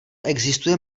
existuje